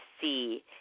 see